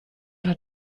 hat